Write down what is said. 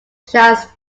charles